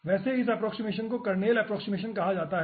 वैसे इस अप्प्रोक्सिमेशन को कर्नेल अप्प्रोक्सिमेशन कहा जाता है